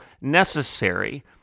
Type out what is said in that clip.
necessary